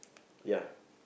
ya